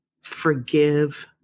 forgive